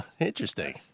Interesting